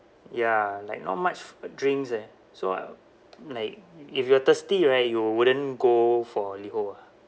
ya like not much drinks eh so uh like if you are thirsty right you wouldn't go for liho ah